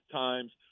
times